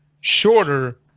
shorter